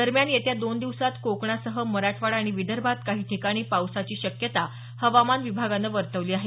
दरम्यान येत्या दोन दिवसांत कोकणासह मराठवाडा आणि विदर्भात काही ठिकाणी पावसाची शक्यता हवामान विभागानं वर्तवली आहे